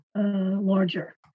Larger